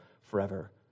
forever